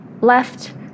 left